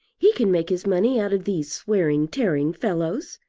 he can make his money out of these swearing-tearing fellows.